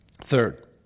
Third